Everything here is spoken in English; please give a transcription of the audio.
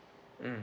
mm